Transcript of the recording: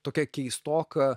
tokia keistoka